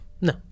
No